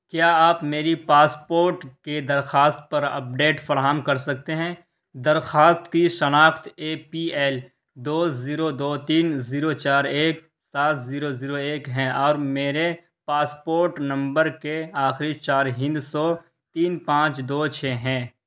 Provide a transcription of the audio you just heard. کیا آپ میری پاسپورٹ کی درخواست پر اپ ڈیٹ فراہم کر سکتے ہیں درخواست کی شناخت اے پی ایل دو زیرو دو تین زیرو چار ایک سات زیرو زیرو ایک ہے اور میرے پاسپوٹ نمبر کے آخری چار ہندسو تین پانچ دو چھ ہیں